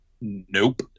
Nope